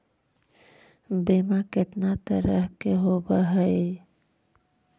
बीमा कितना तरह के होव हइ?